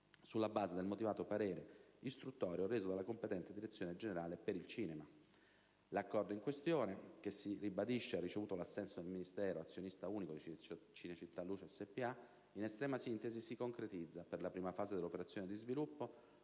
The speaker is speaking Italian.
sulla base del motivato parere istruttorio reso dalla competente Direzione generale per il cinema. L'accordo in questione che, si ribadisce, ha ricevuto l'assenso del Ministero, azionista unico di Cinecittà Luce SpA, in estrema sintesi si concretizza, per la prima fase dell'operazione di sviluppo,